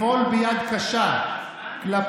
חבל --- חבר